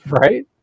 right